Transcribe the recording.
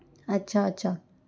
अच्छा अच्छा